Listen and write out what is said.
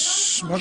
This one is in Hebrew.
זה לא נכון.